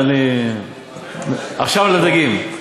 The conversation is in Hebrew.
עכשיו, לדגים.